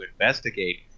investigate